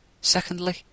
Secondly